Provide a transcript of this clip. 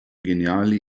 geniale